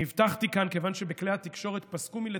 אני הבטחתי כאן, כיוון שבכלי התקשורת פסקו מלתפקד,